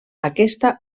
aquesta